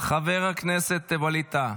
חבר הכנסת ווליד טאהא,